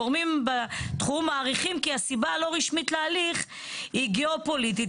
גורמים בתחום מעריכים כי הסיבה הלא רשמית להליך היא גיאו-פוליטית,